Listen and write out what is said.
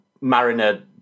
Mariner